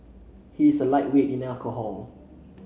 he is a lightweight in alcohol